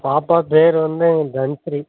பாப்பா பேர் வந்து தனுஸ்ரீ